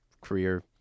career